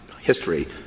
history